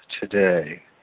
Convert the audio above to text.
today